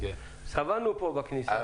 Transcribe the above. סבלנו פה בכניסה.